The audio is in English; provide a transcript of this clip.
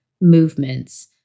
movements